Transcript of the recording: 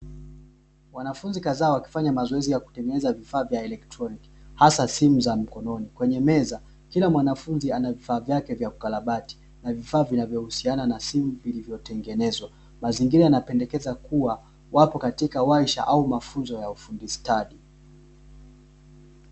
Wanafunzi kadhaa wakifanya mazoezi ya kutengeneza vifaa vya elektroniki, hasa simu za mkononi, kwenye meza kila mwanafunzi anavifaa vyake vya kukarabati, na vifaa vinavyohusiana na simu vilivyotengenezwa. Mazingira yanapendekeza kua, wapo katika warsha au mafunzo ya ufundi stadi.